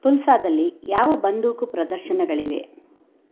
ತುಲ್ಸಾದಲ್ಲಿ ಯಾವ ಬಂದೂಕು ಪ್ರದರ್ಶನಗಳಿವೆ